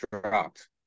dropped